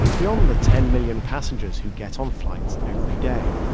beyond the ten million passengers who get on flights every day.